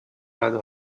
رده